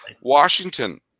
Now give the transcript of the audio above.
Washington